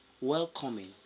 welcoming